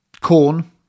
corn